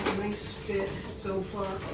nice fit so far.